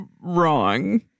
wrong